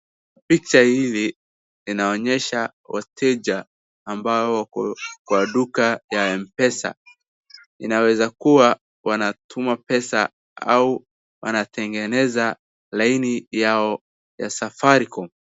Picha hili linaonyesha wateja ambao ni wa duka ya mpesa. Inaweza kuwa wanatuma pesa au wanatengeneza laini yao ya safaricom .